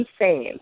insane